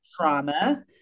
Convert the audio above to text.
trauma